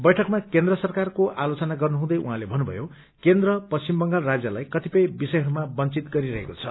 बैठकमा केन्द्र सरकारको आलोचना गर्नुहँदै उहौँले थन्नुथवो केन्द्र पश्चिम बंगाल राज्यलाई कतिपय विषयहरूमा बँचित गरीरहेको छ